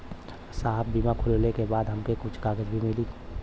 साहब बीमा खुलले के बाद हमके कुछ कागज भी मिली?